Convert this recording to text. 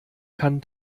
kann